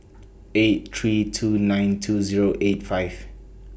eight three two nine two Zero eight five